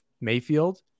Mayfield